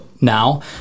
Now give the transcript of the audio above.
now